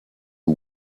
you